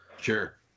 Sure